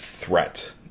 threat